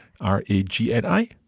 R-A-G-N-I